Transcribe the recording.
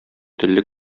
телле